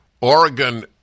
Oregon